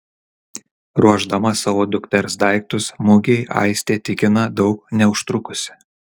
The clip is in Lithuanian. ruošdama savo dukters daiktus mugei aistė tikina daug neužtrukusi